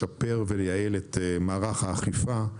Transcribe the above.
לשפר ולייעל את מערך האכיפה,